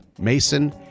Mason